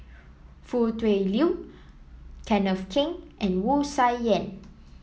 Foo Tui Liew Kenneth Keng and Wu Tsai Yen